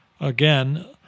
again